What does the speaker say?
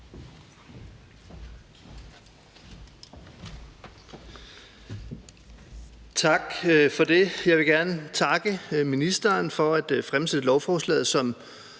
Tak for det. Jeg vil gerne takke ministeren for at fremsætte lovforslaget. Som